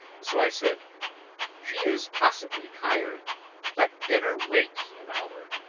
so i said she is possibly tired let dinner wait an hour,